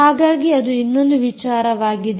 ಹಾಗಾಗಿ ಅದು ಇನ್ನೊಂದು ವಿಚಾರವಾಗಿದೆ